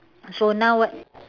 so now what